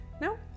no